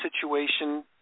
situation